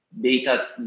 data